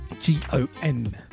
G-O-N